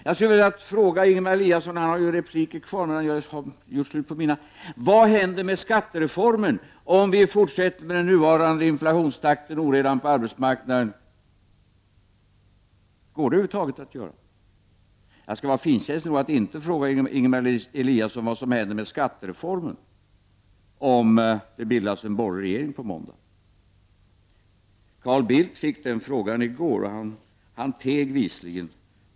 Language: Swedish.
Jag skulle vilja fråga Ingemar Eliasson, som ju har repliker kvar fast han har gjort slut på mina: Vad händer med skattereformen om vi fortsätter med den nuvarande inflationstakten och oredan på arbetsmarknaden? Går den över huvud taget att genomföra? Jag skall vara finkänslig nog att inte fråga Ingemar Eliasson vad som händer med skattereformen om det bildas en borgerlig regering på måndag. Carl Bildt fick den frågan i går, och han teg visligen.